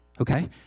Okay